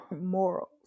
morals